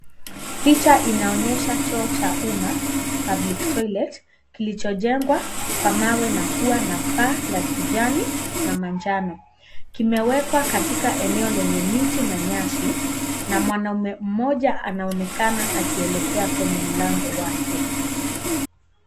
Picha inaonyesha choo cha umma public toilet kilichojengwa kwa mawe na kuwa na paa la kijani na manjano, kimewekwa katika eneo lenye miti na nyasi na mwanaume mmoja anaonekana akielekea kwenye mlango wake.